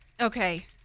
Okay